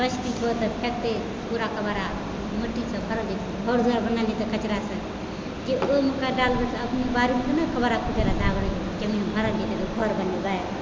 बस्तीपर तऽ फेकतइ कूड़ा कबाड़ा मट्टीसँ भरल घर द्वारि बना लै छै कचरासँ